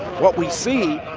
what we see